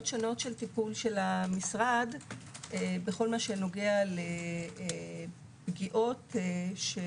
שונות של טיפול של המשרד בכל הנוגע לפגיעות של